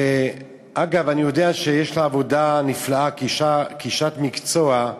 ואגב, אני יודע שיש לה עבודה נפלאה, כאשת מקצוע,